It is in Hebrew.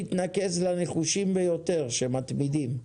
הדיון התנקז לנחושים ביותר שמתמידים.